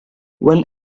when